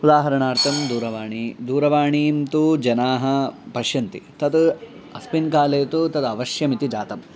उदाहरणार्थं दूरवाणीं दूरवाणीं तु जनाः पश्यन्ति तद् अस्मिन् काले तु तद् अवश्यम् इति जातम्